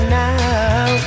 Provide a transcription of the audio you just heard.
now